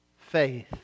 faith